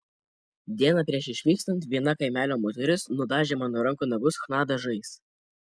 dieną prieš išvykstant viena kaimelio moteris nudažė mano rankų nagus chna dažais